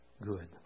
good